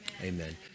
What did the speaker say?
Amen